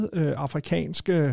afrikanske